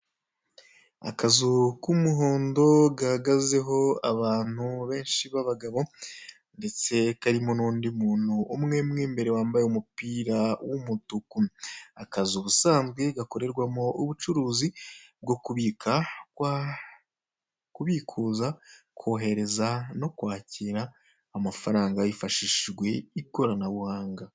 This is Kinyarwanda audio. Akazu k'umuhondo gahagazeho abantu benshi b'abagabo ndetse karimo n'undi muntu umwe mu imbere wambaye umupira w'umutuku. Akazu ubusanzwe gakorerwamo ubucuruzi bwo kubika, kubikuza, kohereza no kwakira amafaranga hifashishijwe ikoranabuhanga.